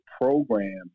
program